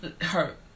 hurt